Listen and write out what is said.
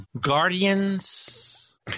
Guardians